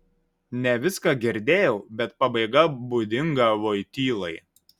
ne viską girdėjau bet pabaiga būdinga voitylai